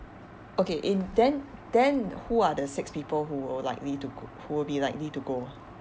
okay eh then then who are the six people who will likely to go who will be likely to go